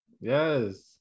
yes